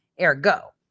ergo